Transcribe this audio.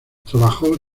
trabajó